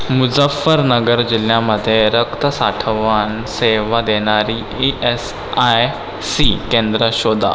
मुजफ्फरनगर जिल्ह्यामध्ये रक्त साठवण सेवा देणारी ई एस आय सी केंद्रं शोधा